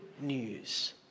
news